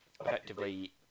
effectively